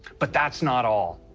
but that's not all.